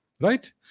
right